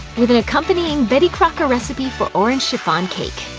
with an accompanying betty crocker recipe for orange chiffon cake.